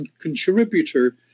contributor